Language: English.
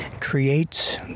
creates